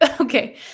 Okay